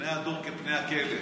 פני הדור כפני הכלב.